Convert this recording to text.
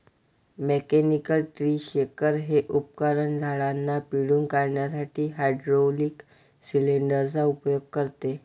mechanical tree shaker हे उपकरण झाडांना पिळून काढण्यासाठी हायड्रोलिक सिलेंडर चा उपयोग करते